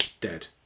dead